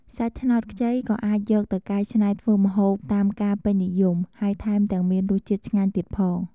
សាច់ត្នោតខ្ចី ក៏អាចយកទៅកែច្នៃធ្វើម្ហូបតាមការពេញនិយម ហើយថែមទាំងមានរសជាតិឆ្ងាញ់ទៀតផង។